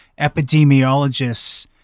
epidemiologists